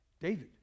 David